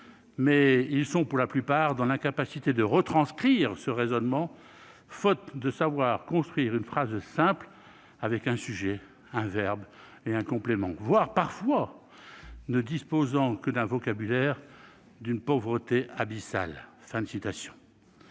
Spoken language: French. mais ils sont, pour la plupart, dans l'incapacité de retranscrire ce raisonnement, faute de savoir construire une phrase simple, avec un sujet, un verbe et un complément, voire, parfois, ne disposant que d'un vocabulaire d'une pauvreté abyssale. »